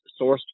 sourced